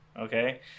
okay